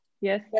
yes